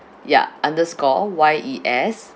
ya underscore Y E S